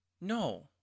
No